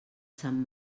sant